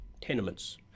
tenements